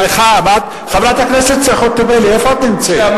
חברת הכנסת חוטובלי, איפה את נמצאת?